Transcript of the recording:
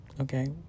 Okay